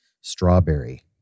Strawberry